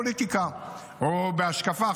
פוליטיקה או בהשקפה.